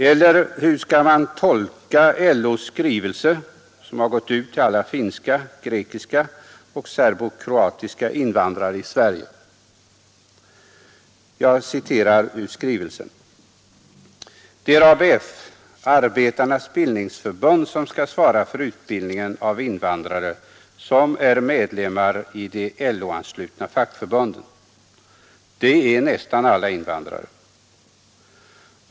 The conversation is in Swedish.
Eller hur skall man tolka LO:s skrivelse till alla finska, grekiska och serbokroatiska invandrare i Sverige? Jag citerar ur skrivelsen: ”Det är ABF, Arbetarnas bildningsförbund, som skall svara för utbildningen av invandrare som är medlemmar i de LO-anslutna fackförbunden. Det är nästan alla invandrare.